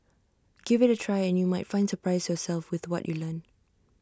give IT A try and you might find surprise yourself with what you learn